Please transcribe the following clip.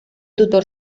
tutor